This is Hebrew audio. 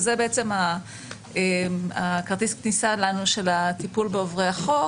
זה בעצם כרטיס הכניסה של הטיפול בעוברי החוק.